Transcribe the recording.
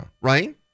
Right